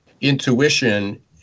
intuition